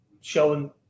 showing